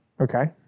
Okay